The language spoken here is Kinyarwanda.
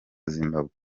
zimbabwe